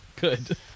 Good